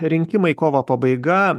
rinkimai kovo pabaiga